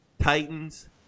titans